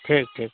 ठीक ठीक